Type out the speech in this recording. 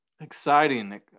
Exciting